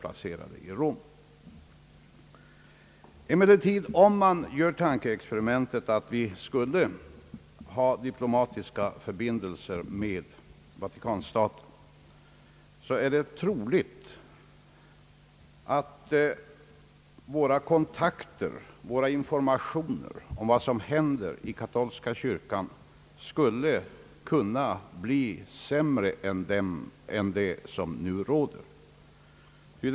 Låt oss emellertid göra tankeexperimentet att vårt land skulle upprätta diplomatiska förbindelser med Vatikanstaten. Det är troligt att våra kontakter med och våra informationer om vad som händer i katolska kyrkan då skulle kunna bli sämre än vad som nu är fallet.